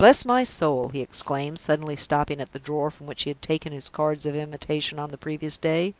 bless my soul! he exclaimed, suddenly stopping at the drawer from which he had taken his cards of invitation on the previous day,